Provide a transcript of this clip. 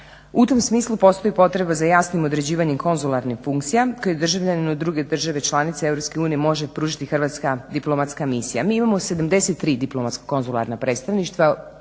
U tom smislu postoji potreba za jasnijim određivanjem konzularnih funkcija koji državljaninu druge države članice Europske unije može pružiti hrvatska diplomatska misija. Mi imamo 73 diplomatsko konzularna predstavništva,